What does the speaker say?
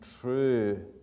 true